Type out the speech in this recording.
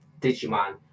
Digimon